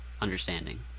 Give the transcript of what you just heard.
understanding